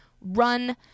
run